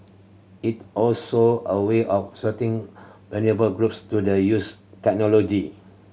it also a way of vulnerable groups to the use technology